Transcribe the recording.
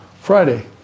Friday